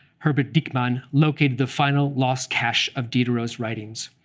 herbert dieckmann, located the final lost cache of diderot's writings.